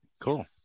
Cool